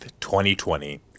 2020